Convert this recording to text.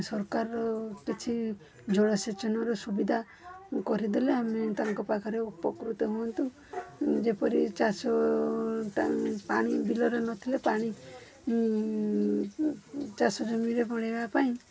ସରକାରର କିଛି ଜଳ ସେଚନର ସୁବିଧା କରିଦେଲେ ଆମେ ତାଙ୍କ ପାଖରେ ଉପକୃତ ହୁଅନ୍ତୁ ଯେପରି ଚାଷଟା ପାଣି ବିଲରେ ନଥିଲେ ପାଣି ଚାଷ ଜମିରେ ପଡ଼ିବା ପାଇଁ